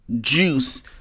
juice